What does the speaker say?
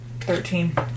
Thirteen